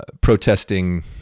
protesting